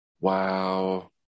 wow